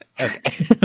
okay